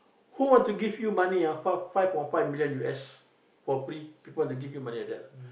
who wants to give you money ah five five or five million U_S for free people want to give you money like that